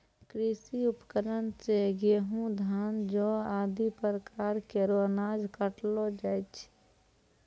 कृषि उपकरण सें गेंहू, धान, जौ आदि प्रकार केरो अनाज काटलो जाय छै